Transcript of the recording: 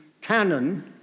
canon